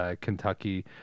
Kentucky